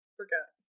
forgot